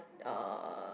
uh